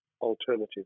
alternative